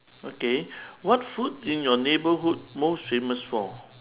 okay what food in your neighbourhood most famous for